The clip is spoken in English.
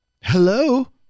Hello